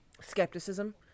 skepticism